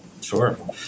Sure